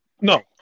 No